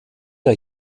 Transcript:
der